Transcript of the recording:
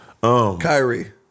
Kyrie